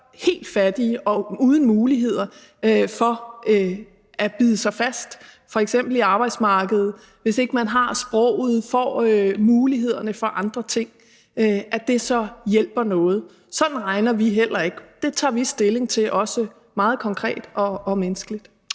helt fattige og uden muligheder for at bide sig fast, f.eks. på arbejdsmarkedet, altså hvis ikke man har sproget og får mulighederne for andre ting, hjælper noget, og sådan regner vi heller ikke. Det tager vi stilling til, også meget konkret og menneskeligt.